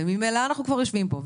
וממילא אנחנו כבר יושבים פה,